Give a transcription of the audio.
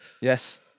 Yes